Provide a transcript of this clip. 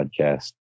podcast